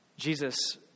Jesus